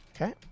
Okay